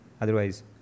otherwise